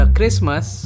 Christmas